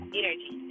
energy